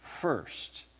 First